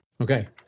Okay